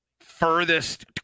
furthest